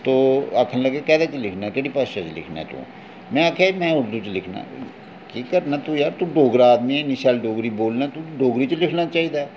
तो आखन लगे केह्दे च लिखना ऐ केह्ड़ी भाशा च लिखना ऐ तूं में आखेआ जी में उर्दू च लिखना आं की करना तूं यार तूं डोगरा आदमी ऐं इन्नी शैल डोगरी बोलना तुगी डोगरी च लिखना चाहिदा ऐ